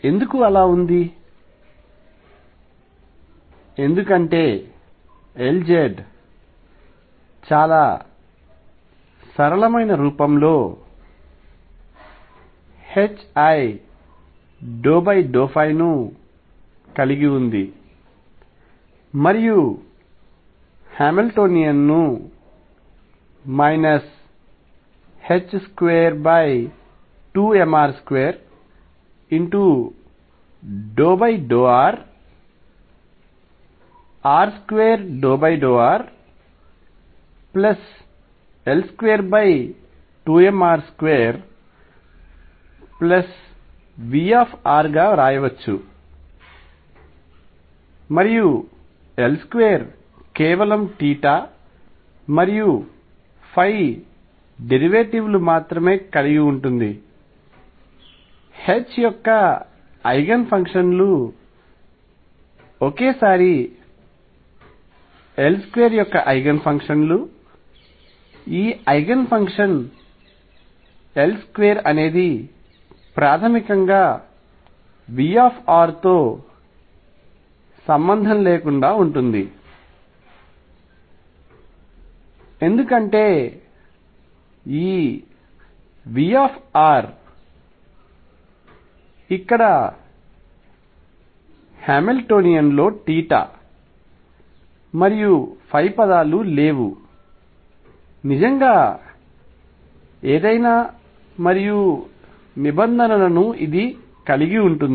ఎందుకు అలా ఉంది ఎందుకంటే Lz చాలా సరళమైన రూపంలో ℏi∂ϕ ను కలిగి ఉంది మరియు హామిల్టోనియన్ ను 22mr2∂rr2∂rL22mr2V గా రాయవచ్చు మరియు L2 కేవలం మరియు డెరివేటివ్ లు మాత్రమే కలిగి ఉంటుంది H యొక్క ఐగెన్ ఫంక్షన్ లు ఒకేసారి L2 యొక్క ఐగెన్ ఫంక్షన్ లు ఈ ఐగెన్ ఫంక్షన్ L2 ప్రాథమికంగా V తో సంబంధం లేకుండా ఉంటుంది ఎందుకంటే ఈ V ఇక్కడ హామిల్టోనియన్ లో మరియు పదాలు లేవు నిజంగా ఏదైనా మరియు నిబంధనలను కలిగి ఉంటుంది